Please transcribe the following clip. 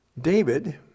David